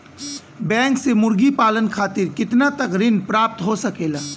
Bank से मुर्गी पालन खातिर कितना तक ऋण प्राप्त हो सकेला?